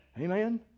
Amen